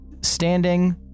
standing